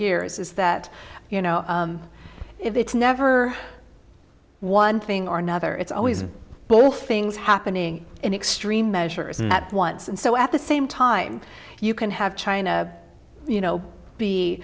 years is that you know if it's never one thing or another it's always both things happening in extreme measures and that once and so at the same time you can have china you know